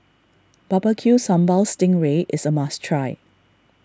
Barbecue Sambal Sting Ray is a must try